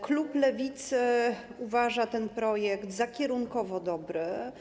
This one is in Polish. Klub Lewicy uważa ten projekt za kierunkowo dobry.